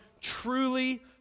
truly